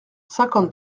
cinquante